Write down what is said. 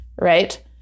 right